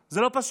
זה לא פשוט.